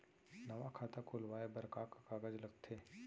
नवा खाता खुलवाए बर का का कागज लगथे?